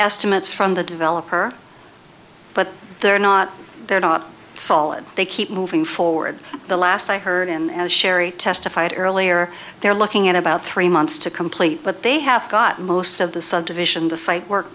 estimates from the developer but they're not they're not solid they keep moving forward the last i heard and sherry testified earlier they're looking at about three months to complete but they have got most of the subdivision the site work